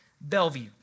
Bellevue